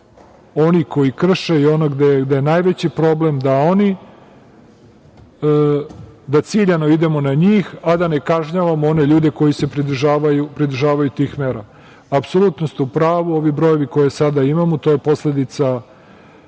oni koji krše i gde je najveći problem, da ciljano idemo na njih, a da ne kažnjavamo one ljude koji se pridržavaju mera. Apsolutno ste u pravu, ovi brojevi koje sada imamo to je posledica